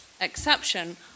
exception